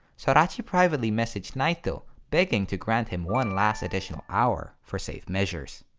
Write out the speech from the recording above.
sorachi privately messaged naito begging to grant him one last additional hour for safe measures.